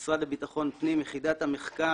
המשרד לביטחון הפנים, יחידת המחקר